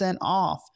off